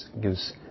gives